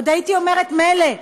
עוד הייתי אומרת: מילא,